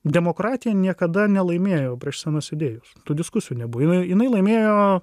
demokratija niekada nelaimėjo prieš senas idėjus tų diskusijų nebuvo jinai jinai laimėjo